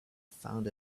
found